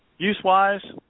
Use-wise